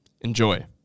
Enjoy